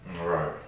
Right